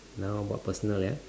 now more personal yeah